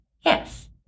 yes